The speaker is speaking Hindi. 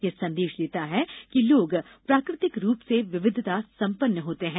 यह संदेश देता है कि लोग प्राकृ तिक रूप से विविधता सम्पन्न होते हैं